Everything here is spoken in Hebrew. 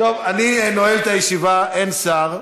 אני נועל את הישיבה, אין שר.